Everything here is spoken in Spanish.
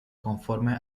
conforme